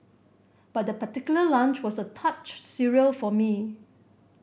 but that particular lunch was a touch surreal for me